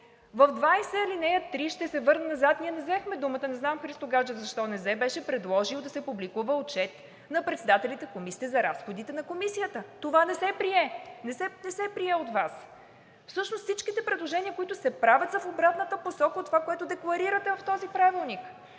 20, ал. 3, ще се върна назад, ние не взехме думата. Не знам Христо Гаджев защо не взе. Беше предложил да се публикува отчет на председателите на комисиите за разходите на комисията. Това не се прие от Вас. Всичките предложения, които се правят, са в обратната посока от това, което декларирате в този правилник.